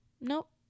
nope